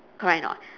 correct or not